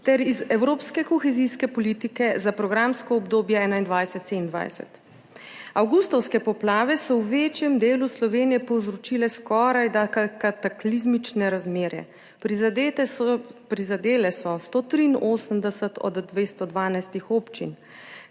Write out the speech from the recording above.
ter iz evropske kohezijske politike za programsko obdobje 2021–2027. Avgustovske poplave so v večjem delu Slovenije povzročile skorajda kataklizmične razmere. Prizadele so 183 od 212 občin,